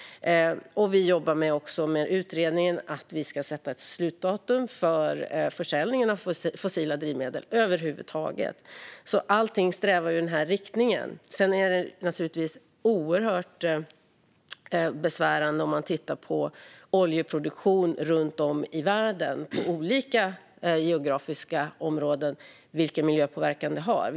Vi jobbar också med en utredning för att sätta ett slutdatum för försäljning av fossila drivmedel över huvud taget. Allt strävar i den riktningen. Sedan är det naturligtvis oerhört besvärande om man tittar på oljeproduktionen och den miljöpåverkan som den har runt om i världen i olika geografiska områden.